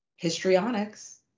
Histrionics